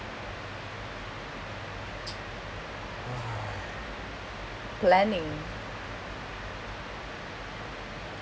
planning